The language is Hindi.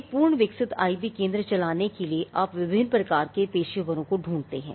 एक पूर्ण विकसित आईपी केंद्र चलाने के लिए आप विभिन्न प्रकार के पेशेवरों को ढूँढते हैं